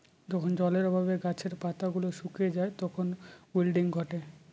যখন জলের অভাবে গাছের পাতা গুলো শুকিয়ে যায় তখন উইল্টিং ঘটে